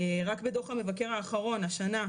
רק בדו"ח המבקר האחרון השנה,